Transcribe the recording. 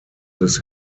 this